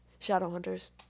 Shadowhunters